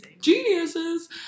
geniuses